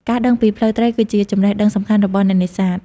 ការដឹងពីផ្លូវត្រីគឺជាចំណេះដឹងសំខាន់របស់អ្នកនេសាទ។